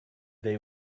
they